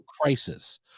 crisis